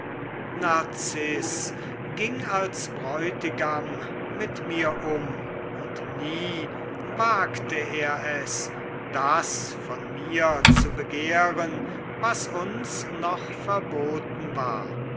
narziß ging als bräutigam mit mir um und nie wagte er es das von mir zu begehren was uns noch verboten war